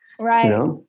Right